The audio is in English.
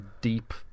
deep